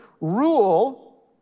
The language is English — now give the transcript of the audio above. Rule